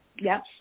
Yes